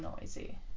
noisy